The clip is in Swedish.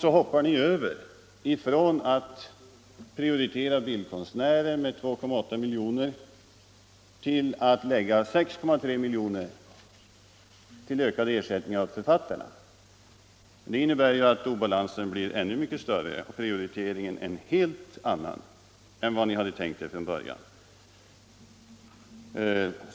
Så hoppar ni över från att prioritera bildkonstnärer med 2,8 milj.kr. till att lägga 6,3 milj.kr. på ökade ersättningar åt författarna. Det innebär ju att obalansen blir ännu mycket större och prioriteringen en helt annan än vad ni hade tänkt er från början.